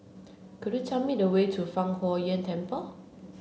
could you tell me the way to Fang Huo Yuan Temple